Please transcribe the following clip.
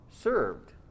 served